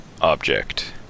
object